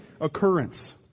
occurrence